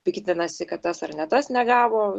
piktinasi kad tas ar ne tas negavo